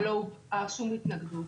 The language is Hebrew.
ולא הובאה שום התנגדות.